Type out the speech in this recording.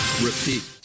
repeat